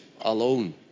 alone